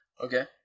Okay